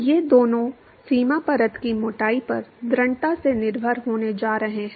ये दोनों सीमा परत की मोटाई पर दृढ़ता से निर्भर होने जा रहे हैं